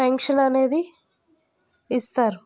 pension అనేది ఇస్తారు